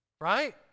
Right